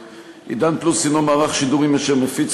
"עידן פלוס" הנו מערך שידורים אשר מפיץ